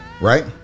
right